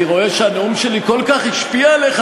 אני רואה שהנאום שלי כל כך השפיע עליך,